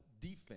defense